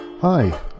Hi